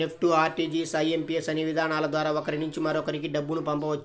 NEFT, RTGS, IMPS అనే విధానాల ద్వారా ఒకరి నుంచి మరొకరికి డబ్బును పంపవచ్చు